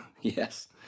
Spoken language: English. yes